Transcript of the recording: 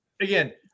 again